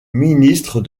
ministre